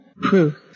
Proof